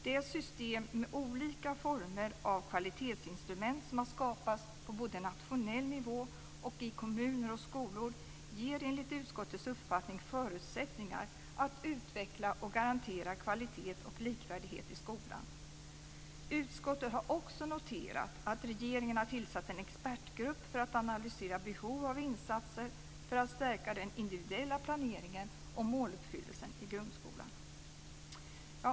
Det system med olika former av kvalitetsinstrument som har skapats på både nationell nivå och i kommuner och skolor ger enligt utskottets uppfattning förutsättningar för att utveckla och garantera kvalitet och likvärdighet i skolan. Utskottet har också noterat att regeringen har tillsatt en expertgrupp för att analysera behov av insatser för att stärka den individuella planeringen och måluppfyllelsen i grundskolan.